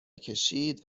کشید